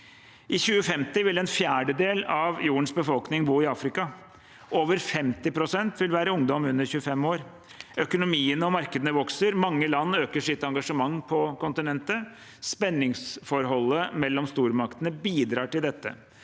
I 2050 vil en fjerdedel av jordens befolkning bo i Afrika. Over 50 pst. vil være ungdom under 25 år. Økonomiene og markedene vokser. Mange land øker sitt engasjement på kontinentet. Spenningsforholdet mellom stormaktene bidrar til dette.